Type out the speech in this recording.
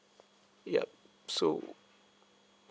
yup so